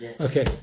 Okay